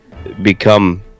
become